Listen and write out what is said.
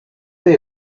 they